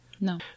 No